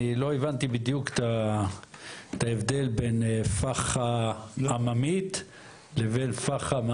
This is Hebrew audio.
אני לא הבנתי בדיוק את ההבדל בין פחה עממית לבין פחה,